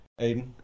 Aiden